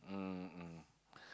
mm mm